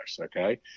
Okay